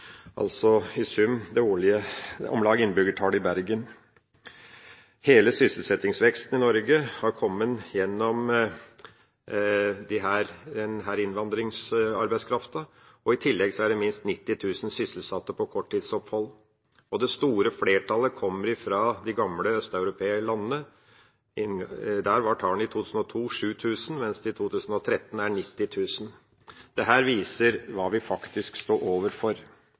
i sum om lag innbyggertallet i Bergen. Hele sysselsettingsveksten i Norge i den perioden har kommet gjennom denne innvandringsarbeidskrafta. I tillegg er det minst 90 000 sysselsatte på korttidsopphold. Det store flertallet kommer fra de nye EU-landene i det gamle Øst-Europa. Der var tallet 7 000 i 2002, mens det i 2013 var 90 000. Dette viser hva vi faktisk står overfor.